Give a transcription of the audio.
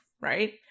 right